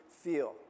feel